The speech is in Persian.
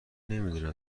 نمیدونم